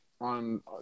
on